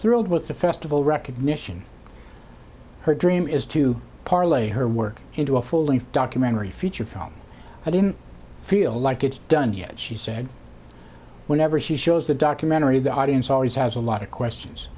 thrilled with the festival recognition her dream is to parlay her work into a full length documentary feature film i didn't feel like it's done yet she said whenever she shows the documentary the audience always has a lot of questions